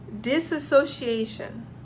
Disassociation